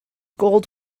gold